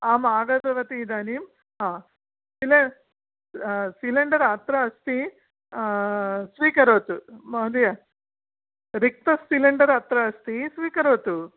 अहम् आगतवती इदानीं सिल सिलिण्डर् अत्र अस्ति स्वीकरोतु महोदय रिक्तं सिलेण्डर् अत्र अस्ति स्वीकरोतु